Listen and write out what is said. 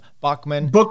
Bachman